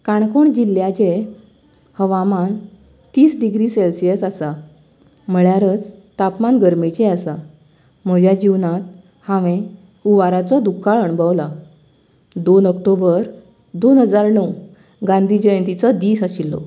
काणकोण जिल्ल्याचें हवामान तीस डिग्री सेलसियस आसा म्हळ्यारच तापमान गरमेचे आसा म्हज्या जिवनांत हांवेन हुंवाराचो दुख्खाळ अणभवलां दोन ऑक्टोबर दोन हजार णव गांधी जयंतीचो दीस आशिल्लो